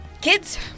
Kids